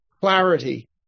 clarity